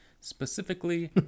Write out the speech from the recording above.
specifically